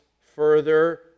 further